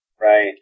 Right